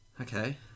Okay